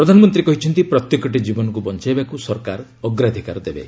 ପ୍ରଧାନମନ୍ତ୍ରୀ କହିଛନ୍ତି ପ୍ରତ୍ୟେକଟି ଜୀବନକୁ ବଞ୍ଚାଇବାକୁ ସରକାର ଅଗ୍ରାଧିକାର ଦେବେ